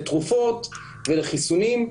שקשור לתרופות ולחיסונים,